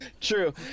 True